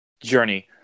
journey